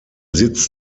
sitz